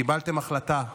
קיבלתם החלטה אמיצה,